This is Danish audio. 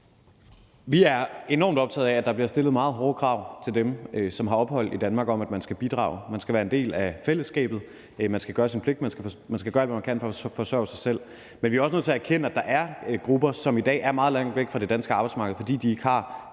Vi er enormt optaget af, at der bliver stillet meget hårde krav til dem, som har ophold i Danmark, om, at man skal bidrage, man skal være en del af fællesskabet, man skal gøre sin pligt, man skal gøre alt, hvad man kan for at forsørge sig selv. Men vi er også nødt til at erkende, at der er grupper, som i dag er meget langt væk fra det danske arbejdsmarked, fordi de ikke har